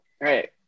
Right